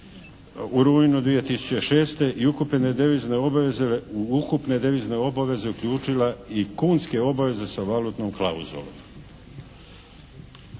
u rujnu 2006. i u ukupne devizne obaveze uključila i kunske obaveze sa valutnom klauzulom.